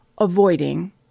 Avoiding